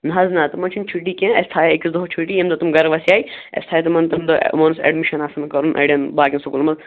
نہ حظ نہ تِمن چھِنہٕ چھُٹی کیٚنٛہہ اَسہِ تھٲوے أکِس دۅہَس چھُٹی ییٚمہِ دۄہ تِم گَرٕ وَسیےَ اسہِ تھٲوے تِمن تَمہِ دۄہ یِمن اوس ایٚڈمِشیٚن آسان کَرُن اَڈیٚن باقِین سکوٗلَن منٛز